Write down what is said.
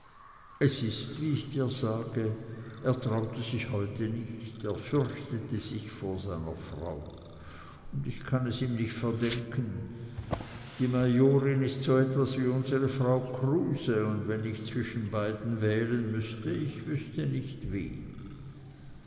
es ist wie ich dir sage er traute sich heute nicht er fürchtete sich vor seiner frau und ich kann es ihm nicht verdenken die majorin ist so etwas wie unsere frau kruse und wenn ich zwischen beiden wählen müßte ich wüßte nicht wen